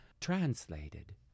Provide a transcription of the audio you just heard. translated